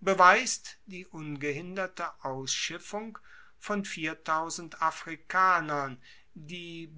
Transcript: beweist die ungehinderte ausschiffung von afrikanern die